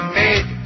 made